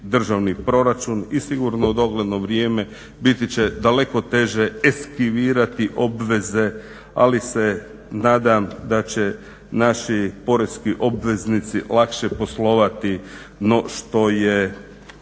državni proračun i sigurno u dogledno vrijeme biti će daleko teže eskivirati obveze, ali se nadam da će naši poreski obveznici lakše poslovati no što je